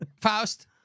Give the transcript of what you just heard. Faust